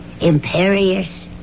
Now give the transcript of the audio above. imperious